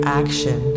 action